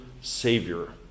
Savior